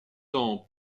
ans